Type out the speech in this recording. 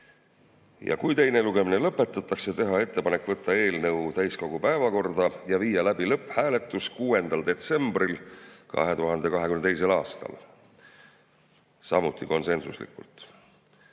ja kui teine lugemine lõpetatakse, teha ettepanek võtta eelnõu täiskogu päevakorda ja viia läbi lõpphääletus 6. detsembril 2022. aastal, see otsus tehti